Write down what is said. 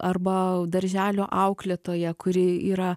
arba darželio auklėtoja kuri yra